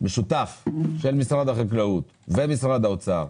משותף של משרד החקלאות ומשרד האוצר,